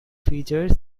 features